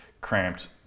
cramped